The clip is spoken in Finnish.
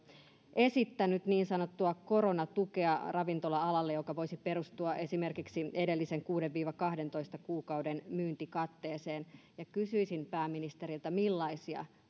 esittänyt niin sanottua koronatukea joka voisi perustua esimerkiksi edellisen kuuden viiva kahdentoista kuukauden myyntikatteeseen kysyisin pääministeriltä millaisia